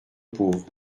pauvre